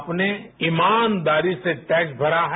आपने ईमानदारी से टैक्स भरा है